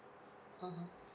mmhmm